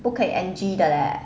不可以 N_G 的 leh